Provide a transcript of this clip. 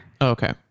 Okay